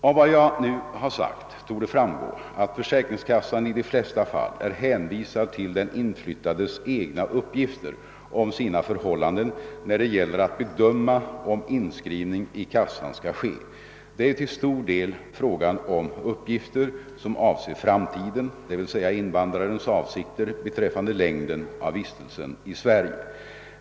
Av vad jag nu har sagt torde framgå att försäkringskassan i de flesta fall är hänvisad till den inflyttandes egna uppgifter om sina förhållanden när det gäller att bedöma om inskrivning i kassan skall ske. Det är ju till stor del fråga om uppgifter som avser framtiden, d.v.s. invandrarens avsikter beträffande längden av vistelsen i Sverige.